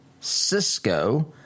Cisco